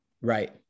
Right